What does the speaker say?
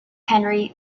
henry